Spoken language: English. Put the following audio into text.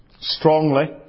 Strongly